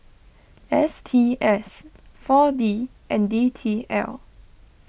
S T S four D and D T L